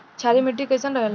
क्षारीय मिट्टी कईसन रहेला?